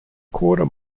quarter